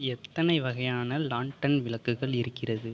எத்தனை வகையான லான்டன் விளக்குகள் இருக்கிறது